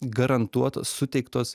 garantuotos suteiktos